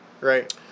Right